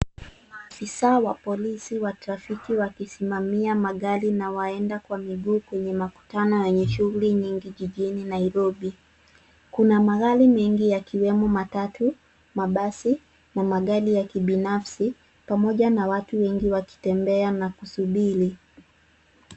Maafisa wa polisi wa trafiki wakisimamia magari na waenda kwa miguu kwenye makutano yenye shughuli nyingi jijini Nairobi. Kuna magari mengi yakiwemo matatu, mabasi na magari ya kibinafsi pamoja na watu wengi wakitembea na kusubiri.